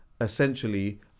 essentially